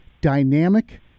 dynamic